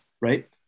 right